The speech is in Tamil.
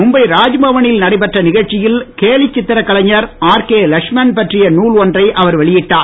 மும்பை ராஜ்பவனில் நடைபெற்ற நிகழ்ச்சியில் கேலிச் சித்திரக் கலைஞர் ஆர் கே லட்சுமண் பற்றிய நூல் ஒன்றை அவர் வெளியிட்டார்